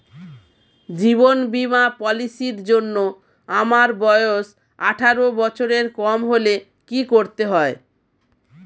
জীবন বীমা পলিসি র জন্যে আমার বয়স আঠারো বছরের কম হলে কি করতে হয়?